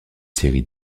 série